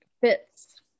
fits